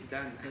Done